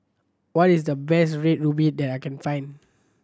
what is the best Red Ruby that I can find